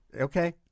Okay